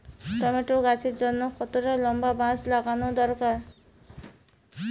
Tomato গাছের জন্যে কতটা লম্বা বাস লাগানো দরকার?